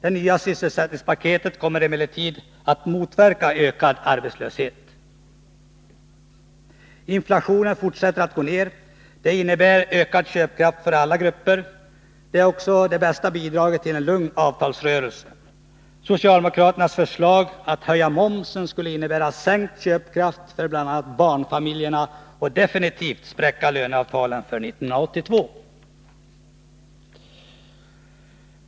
Det nya sysselsättningspaktetet kommer emellertid att motverka ökad arbetslöshet. Inflationen fortsätter att gå ner. Det innebär ökad köpkraft för alla grupper. Det är också det bästa bidraget till en lugn avtalsrörelse. Socialdemokraternas förslag att höja momsen skulle innebära sänkt köpkraft för bl.a. barnfamiljerna och definitivt spräcka löneavtalen för 1982.